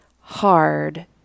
hard